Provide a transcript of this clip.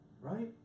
right